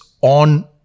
on